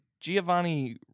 Giovanni